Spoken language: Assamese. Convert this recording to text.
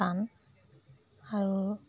টান আৰু